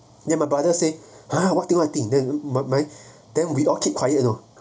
then my brother say !huh! what thing what thing then my then we all keep quiet you know